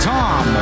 Tom